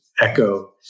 echo